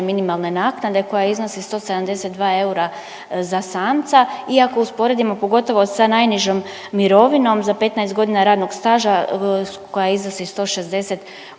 minimalne naknade koja iznosi 172 eura za samca i ako usporedimo pogotovo sa najnižom mirovinom za 15 godina radnog staža koja iznosi 168